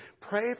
Pray